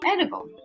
Edible